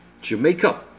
jamaica